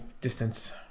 distance